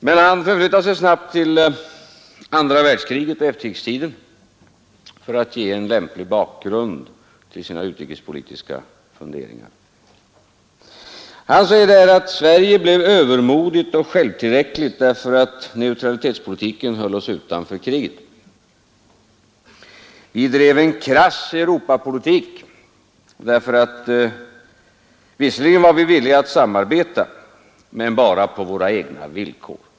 Men han förflyttade sig snabbt till andra världskriget och efterkrigstiden för att ge en lämplig bakgrund till sina utrikespolitiska funderingar. Han säger där att Sverige blev övermodigt och självtillräckligt därför att neutralitetspolitiken höll oss utanför kriget. Vi drev en krass Europapolitik. Vi var visserligen villiga att samarbeta men bara på våra egna villkor.